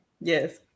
yes